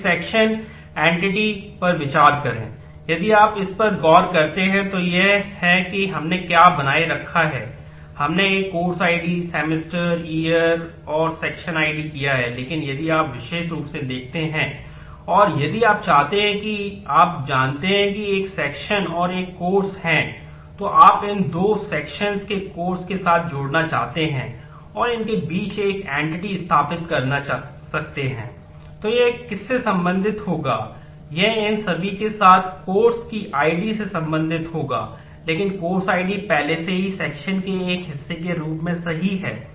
अब इस सेक्शन के एक हिस्से के रूप में सही है